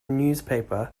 newspaper